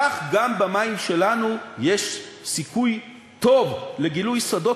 כך גם במים שלנו יש סיכוי טוב לגילוי שדות